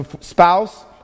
spouse